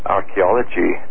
archaeology